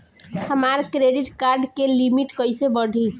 हमार credit card के limit कइसे बढ़ी?